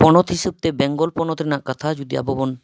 ᱯᱚᱱᱚᱛ ᱦᱤᱥᱟᱹᱵᱽ ᱛᱮ ᱵᱮᱝᱜᱚᱞ ᱯᱚᱱᱚᱛ ᱨᱮᱱᱟᱜ ᱠᱟᱛᱷᱟ ᱡᱩᱫᱤ ᱟᱵᱚᱱ